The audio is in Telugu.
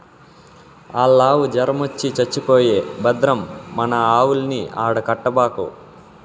ఆల్లావు జొరమొచ్చి చచ్చిపోయే భద్రం మన ఆవుల్ని ఆడ కట్టబాకు